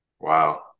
Wow